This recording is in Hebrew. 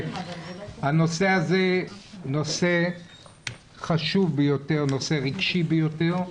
הנושא הזה הוא נושא חשוב ביותר, נושא רגשי ביותר,